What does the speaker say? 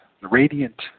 radiant